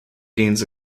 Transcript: gains